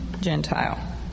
Gentile